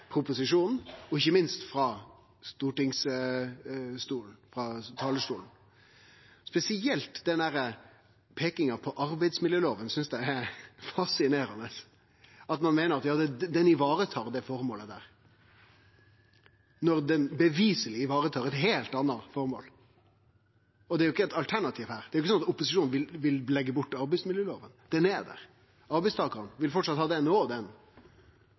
proposisjonen og ikkje minst frå Stortingets talarstol. Spesielt denne peikinga på arbeidsmiljølova synest eg er fascinerande, at ein meiner ho varetar dette føremålet, når ho beviseleg varetar eit heilt anna føremål. Og det er ikkje eit alternativ her – det er ikkje slik at opposisjonen vil leggje bort arbeidsmiljølova, ho er der. Arbeidstakarane vil framleis ha ho. Så det er verkeleg ein stråmannsargumentasjon, og